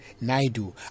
Naidu